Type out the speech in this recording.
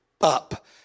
up